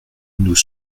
nous